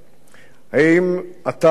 האם אתה רואה אותם,